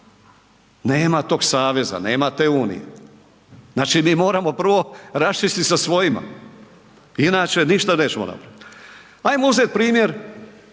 Nema tog saveza, nema te unije. Znači mi moramo prvo raščistit sa svojima inače ništa nećemo napraviti. Ajmo uzeti primjer